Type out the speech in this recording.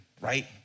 right